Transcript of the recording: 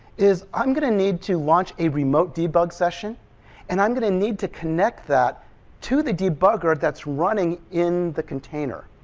i'm going to need to launch a remote debug session and i'm going to need to connect that to the debugger that's running in the container.